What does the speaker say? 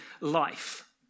life